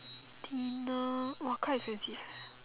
dinner !wah! quite expensive eh